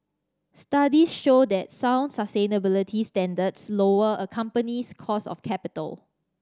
studies show that sound sustainability standards lower a company's cost of capital